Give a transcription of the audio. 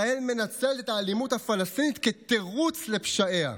ישראל מנצלת את האלימות הפלסטינית כתירוץ לפשעיה.